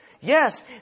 Yes